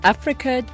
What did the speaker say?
Africa